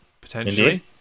potentially